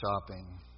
shopping